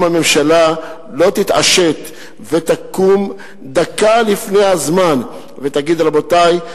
אם הממשלה לא תתעשת ותקום דקה לפני הזמן ותגיד: רבותי,